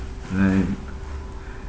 right